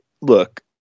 look